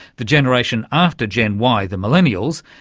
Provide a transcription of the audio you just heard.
the generation after gen y the millennials,